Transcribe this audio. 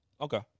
Okay